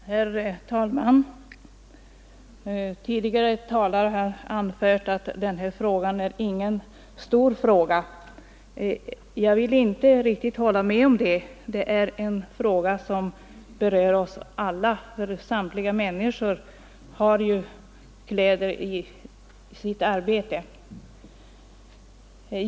Herr talman! Tidigare talare har anfört att det här inte är någon stor fråga. Jag vill inte riktigt hålla med om det; det är en fråga som berör oss alla, för samtliga människor nyttjar arbetskläder.